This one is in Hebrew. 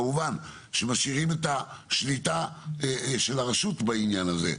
כמובן שמשאירים את השליטה של הרשות בעניין הזה,